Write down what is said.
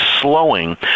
slowing